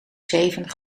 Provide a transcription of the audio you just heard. zeven